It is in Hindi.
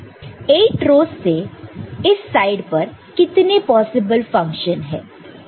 8 रोस से इस साइड पर कितने पॉसिबल फंक्शन है